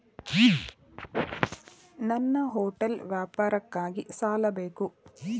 ನನ್ನ ಹೋಟೆಲ್ ವ್ಯಾಪಾರಕ್ಕಾಗಿ ಸಾಲ ಬೇಕು